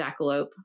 jackalope